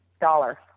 dollar